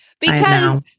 Because-